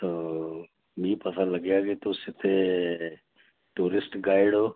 तो मीं पता लग्गेआ जे तुस इत्थे टूरिस्ट गाइड ओ